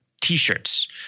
t-shirts